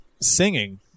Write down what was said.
singing